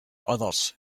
others